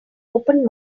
open